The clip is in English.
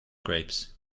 grapes